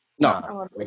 No